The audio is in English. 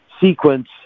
sequence